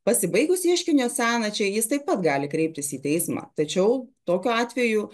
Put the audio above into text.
pasibaigus ieškinio senačiai jis taip pat gali kreiptis į teismą tačiau tokiu atveju